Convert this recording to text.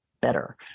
better